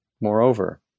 Moreover